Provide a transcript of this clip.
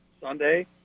Sunday